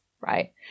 right